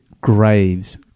graves